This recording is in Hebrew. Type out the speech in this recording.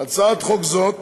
הצעת חוק זאת